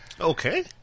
Okay